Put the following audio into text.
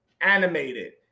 animated